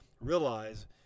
realize